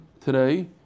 today